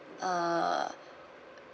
uh